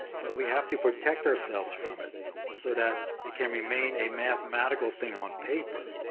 but we have to protect ourselves from it so that it can remain a mathematical thing on paper,